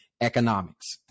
economics